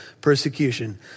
persecution